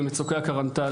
במצוקי הקרנטל,